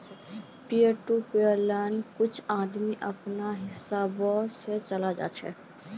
peer to peer लेंडिंग्क कुछ आदमी अपनार हिसाब से चला छे